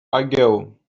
ago